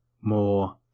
more